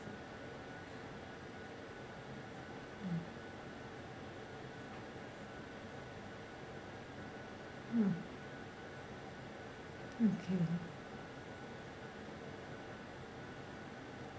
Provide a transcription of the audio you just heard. uh uh okay